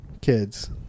Kids